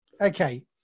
Okay